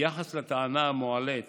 ביחס לטענה המועלית